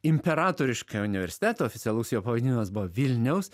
imperatorišką universitetą oficialus jo pavadinimas buvo vilniaus